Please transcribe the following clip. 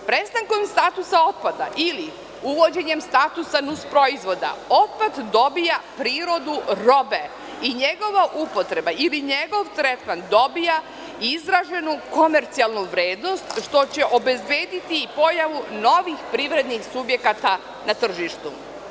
Prestankom statusa otpada ili uvođenjem statusa nus proizvoda otpad dobija prirodu robe i njegova upotreba i njegov tretman dobija izraženu komercijalnu vrednost, što će obezbediti pojavu novih privrednih subjekata na tržištu.